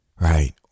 Right